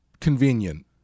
convenient